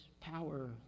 power